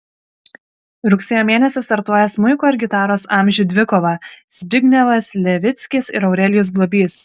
rugsėjo mėnesį startuoja smuiko ir gitaros amžių dvikova zbignevas levickis ir aurelijus globys